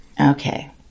okay